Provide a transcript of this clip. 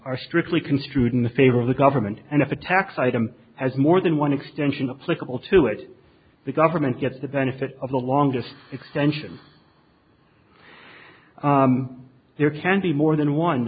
are strictly construed in the favor of the government and if a tax item has more than one extension of clickable to it the government gets the benefit of the longest extension there can be more than one